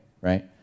right